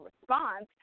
response